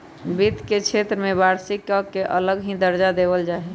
वित्त के क्षेत्र में वार्षिक के एक अलग ही दर्जा देवल जा हई